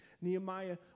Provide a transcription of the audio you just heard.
Nehemiah